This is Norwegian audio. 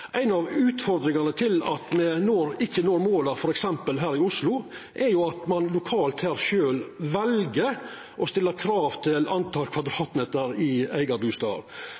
av utfordringane med tanke på at me ikkje når måla f.eks. her i Oslo, er jo at ein lokalt her sjølv vel å stilla krav til antalet kvadratmeter i